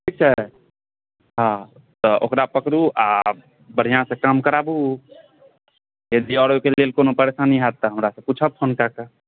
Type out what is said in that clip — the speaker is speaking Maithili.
ठीक छै हँ तऽ ओकरा पकड़ु आ बढ़िऑं से काम कराबु यदि आओर कोनो ओहिके लेल परेशानी होयत तऽ पुछब हमरासँ फोन कए कऽ